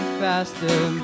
faster